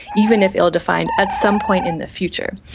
even if ill-defined, at some point in the future.